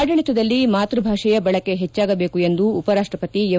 ಆಡಳಿತದಲ್ಲಿ ಮಾತ್ಪಭಾಷೆಯ ಬಳಕೆ ಹೆಚ್ಚಾಗಬೇಕು ಎಂದು ಉಪರಾಷ್ಪಪತಿ ಎಂ